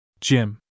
Jim